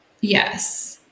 Yes